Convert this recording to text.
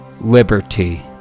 liberty